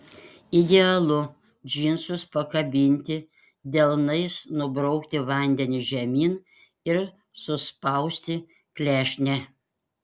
idealu džinsus pakabinti delnais nubraukti vandenį žemyn ir suspausti klešnę